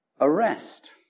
arrest